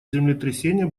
землетрясения